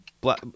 black